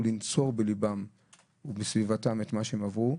לנצור בליבם ובסביבתם את מה שהם עברו,